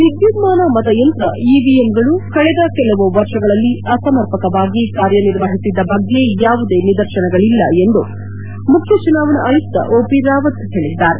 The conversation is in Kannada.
ವಿದ್ಯುನ್ನಾನ ಮತಯಂತ್ರ ಇವಿಎಂಗಳು ಕಳೆದ ಕೆಲವು ವರ್ಷಗಳಲ್ಲಿ ಅಸಮರ್ಪಕವಾಗಿ ಕಾರ್ಯನಿರ್ವಹಿಸದ ಬಗ್ಗೆ ಯಾವುದೇ ನಿದರ್ಶನಗಳಲ್ಲ ಎಂದು ಮುಖ್ಯ ಚುನಾವಣಾ ಆಯುಕ್ತ ಓಪಿರಾವತ್ ಹೇಳದ್ದಾರೆ